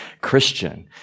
Christian